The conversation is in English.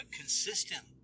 consistent